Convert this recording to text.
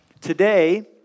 today